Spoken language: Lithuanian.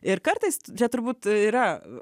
ir kartais čia turbūt yra